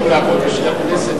במקום לעבוד בשביל הכנסת,